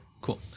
Cool